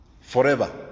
Forever